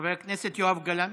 חבר הכנסת יואב גלנט.